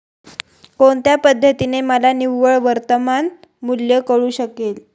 कोणत्या पद्धतीने मला निव्वळ वर्तमान मूल्य कळू शकेल?